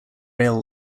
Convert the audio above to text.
rail